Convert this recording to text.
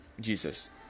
Jesus